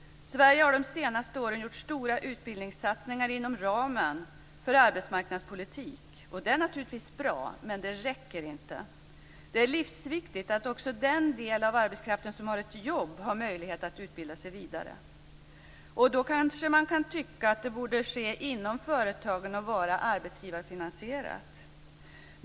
Sverige har de senaste åren gjort stora utbildningssatsningar inom ramen för arbetsmarknadspolitiken och det är naturligtvis bra, men det räcker inte. Det är livsviktigt att också den del av arbetskraften som har jobb har möjlighet att utbilda sig vidare. Då kan man kanske tycka att detta borde ske inom företagen och vara arbetsgivarfinansierat.